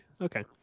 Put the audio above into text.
okay